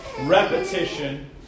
repetition